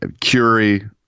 Curie